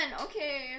okay